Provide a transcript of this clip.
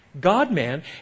God-man